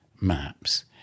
maps